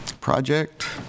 project